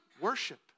worship